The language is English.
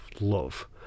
love